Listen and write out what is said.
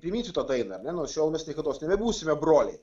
priminsiu tą dainą ar ne nuo šiol mes niekados nebebūsime broliai